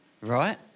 right